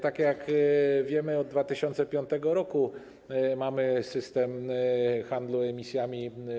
Tak jak wiemy, od 2005 r. mamy system handlu emisjami